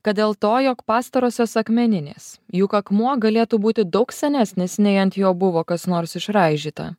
kad dėl to jog pastarosios akmeninės juk akmuo galėtų būti daug senesnis nei ant jo buvo kas nors išraižyta